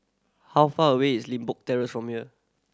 how far away is Limbok Terrace from here